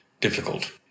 difficult